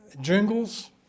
Jingles